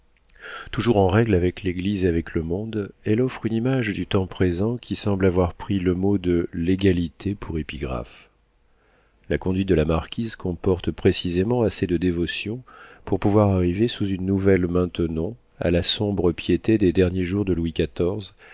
toujours en règle avec l'église et avec le monde elle offre une image du temps présent qui semble avoir pris le mot de légalité pour épigraphe la conduite de la marquise comporte précisément assez de dévotion pour pouvoir arriver sous une nouvelle maintenon à la sombre piété des derniers jours de louis